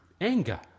anger